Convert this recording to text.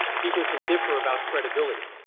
people can differ about credibility.